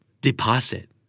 Deposit